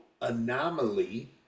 anomaly